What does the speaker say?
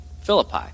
Philippi